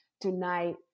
tonight